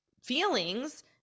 feelings